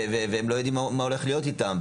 והם לא יודעים מה הולך להיות איתם.